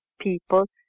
people